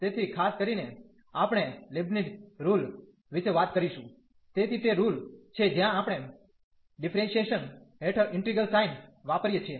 તેથી ખાસ કરીને આપણે લીબનીત્ઝ રુલ વિશે વાત કરીશું તેથી તે રુલ છે જ્યાં આપણે ડિફરેન્શીયેશન હેઠળ ઇન્ટિગ્રલ સાઇન વાપરીયે છીએ